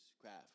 craft